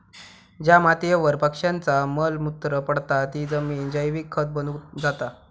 ज्या मातीयेवर पक्ष्यांचा मल मूत्र पडता ती जमिन जैविक खत बनून जाता